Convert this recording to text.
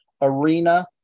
arena